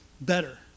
Better